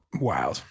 wow